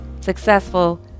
successful